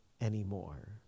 anymore